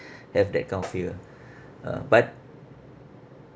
have that kind of fear ah but